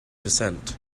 descent